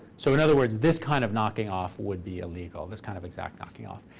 so in other words, this kind of knocking off would be illegal, this kind of exact knocking off.